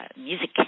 Music